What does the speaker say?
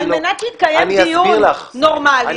את מוזמנת להתנגד גם במליאה.